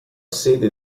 sede